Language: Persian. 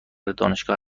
دانشگاه